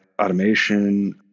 automation